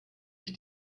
ich